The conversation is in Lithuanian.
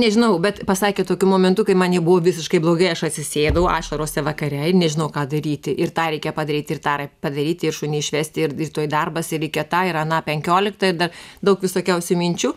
nežinau bet pasakė tokiu momentu kai man jie buvo visiškai blogai aš atsisėdau ašarose vakare ir nežinojau ką daryti ir tą reikia padaryti ir tą padaryti ir šunį išvesti ir rytoj darbas ir reikia tą ir aną penkioliktą ir dar daug visokiausių minčių